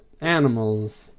animals